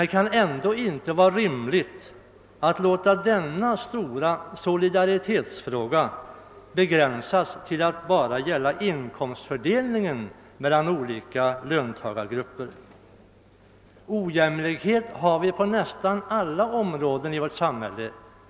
Det kan ändå inte vara rimligt att låta den stora frågan om solidaritet och jämlikhet begränsas till att bara gälla inkomstfördelningen mellan olika löntagargrupper. Bristande jämlikhet förekommer mer eller mindre på nästan alla områden i vårt samhälle.